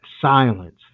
silence